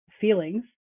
feelings